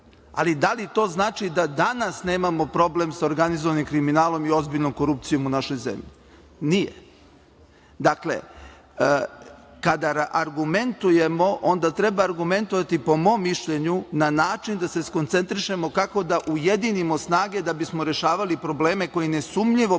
ali da li to znači da danas nemamo problem sa organizovanim kriminalom i ozbiljnom korupcijom u našoj zemlji? Nije. Dakle, kada argumentujemo, onda treba argumentovati, po mom mišljenju, na način da se skoncentrišemo kako da ujedinimo snage da bi smo rešavali probleme koji nesumnjivo postoje